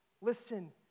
Listen